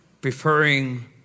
preferring